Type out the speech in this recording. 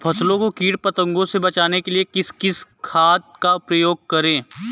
फसलों को कीट पतंगों से बचाने के लिए किस खाद का प्रयोग करें?